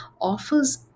offers